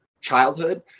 childhood